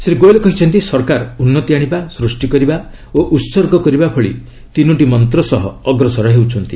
ଶ୍ରୀ ଗୋଏଲ କହିଛନ୍ତି ସରକାର ଉନ୍ନତି ଆଶିବା ସୃଷ୍ଟି କରିବା ଓ ଉତ୍ସର୍ଗ କରିବା ଭଳି ତିନୋଟି ମନ୍ତ୍ର ସହ ଅଗ୍ରସର ହେଉଛନ୍ତି